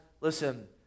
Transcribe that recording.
listen